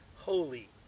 Holy